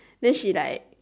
then she like